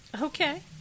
Okay